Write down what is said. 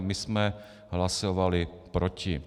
My jsme hlasovali proti.